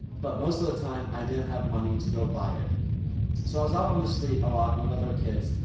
but most of the time, i didn't have money to go buy it. so i was out on the street a lot with other kids,